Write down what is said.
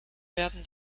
werden